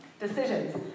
Decisions